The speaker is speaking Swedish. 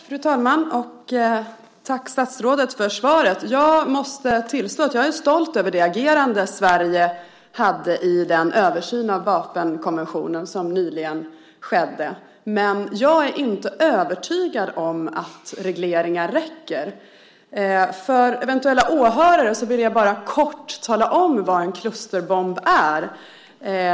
Fru talman! Tack, statsrådet, för svaret. Jag måste tillstå att jag är stolt över Sveriges agerande i den översyn av vapenkonventionen som nyligen skedde, men jag är inte övertygad om att regleringar räcker. För eventuella åhörare vill jag kort tala om vad en klusterbomb är.